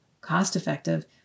cost-effective